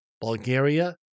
Bulgaria